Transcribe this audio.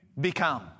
become